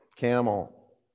camel